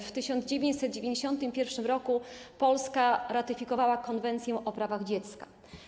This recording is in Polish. W 1991 r. Polska ratyfikowała Konwencję o prawach dziecka.